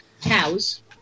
cows